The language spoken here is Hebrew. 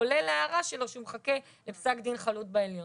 כולל ההערה שלו שהוא מחכה לפסק דין חלוט בעליון.